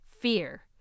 fear